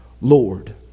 Lord